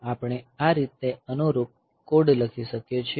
આપણે આ રીતે અનુરૂપ કોડ લખી શકીએ છીએ